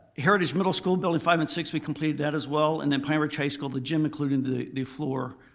heritage middle school building five and six, we completed that as well. and then, pine ridge high school, the gym including the new floor